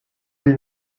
will